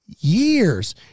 years